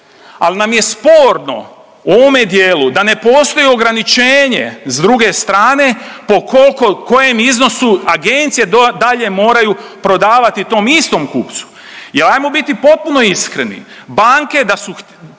al nam je sporno u ovome dijelu da ne postoji ograničenje s druge strane po kolko kojem iznosu agencije dalje moraju prodavati tom istom kupcu. I ajmo biti potpuno iskreni, banke da su